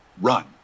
run